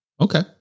Okay